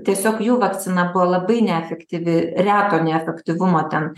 tiesiog jų vakcina buvo labai neefektyvi reto neefektyvumo ten